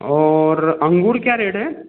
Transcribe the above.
और अंगूर क्या रेट हैं